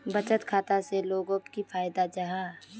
बचत खाता से लोगोक की फायदा जाहा?